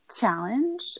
challenge